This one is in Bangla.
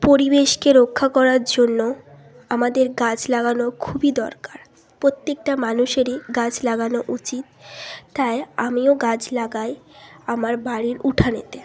পরিবেশকে রক্ষা করার জন্য আমাদের গাছ লাগানো খুবই দরকার প্রত্যেকটা মানুষেরই গাছ লাগানো উচিত তাই আমিও গাছ লাগাই আমার বাড়ির উঠানেতে